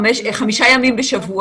אם אנחנו רוצים לחיות לצד הקורונה,